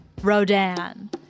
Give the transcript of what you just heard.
Rodan